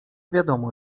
wiadomo